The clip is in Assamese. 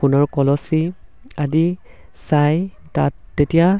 সোণৰ কলচী আদি চাই তাত তেতিয়া